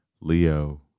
Leo